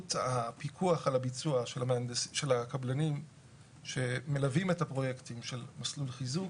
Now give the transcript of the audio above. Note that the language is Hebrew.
איכות הפיקוח על הביצוע של הקבלנים שמלווים את הפרויקטים של מסלול חיזוק